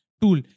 tool